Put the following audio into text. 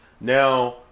now